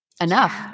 enough